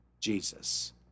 Jesus